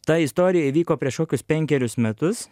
ta istorija įvyko prieš kokius penkerius metus